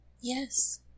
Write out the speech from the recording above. Yes